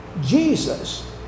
Jesus